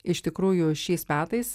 iš tikrųjų šiais metais